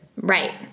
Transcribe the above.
Right